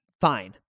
Fine